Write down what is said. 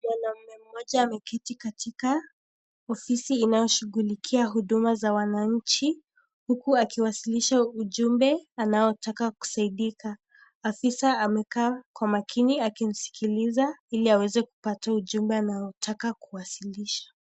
Mwanaume mmoja ameketi katika ofisi inayoshughulikia Huduma za wananchi huku akiwasilisha ujumbe anaotaka kusaidika. Afisa amekaa kwa makini akimsikiliza ili aweze kupatia ujumbe anaotaka kuwasilisha.